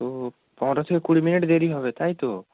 তো পনেরোটা থেকে কুড়ি মিনিট দেরি হবে তাই তো